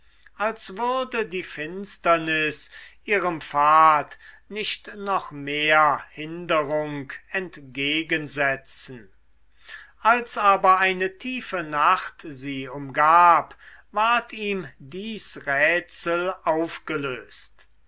als würde die finsternis ihrem pfad nicht noch mehr hinderung entgegensetzen als aber eine tiefe nacht sie umgab ward ihm dies rätsel aufgelöst